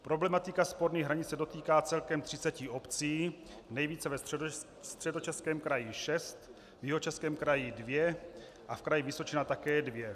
Problematika sporných hranic se dotýká celkem třiceti obcí, nejvíce ve Středočeském kraji šest, v Jihočeském kraji dvě a v kraji Vysočina také dvě.